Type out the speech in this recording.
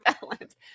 balance